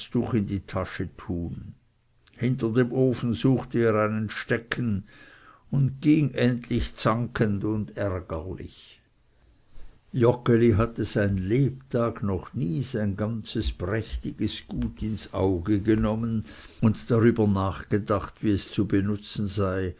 in die tasche tun hinter dem ofen suchte er einen stecken und ging endlich zankend und ärgerlich joggeli hatte sein lebtag noch nie sein ganzes prächtiges gut ins auge genommen und darüber nachgedacht wie es zu benutzen sei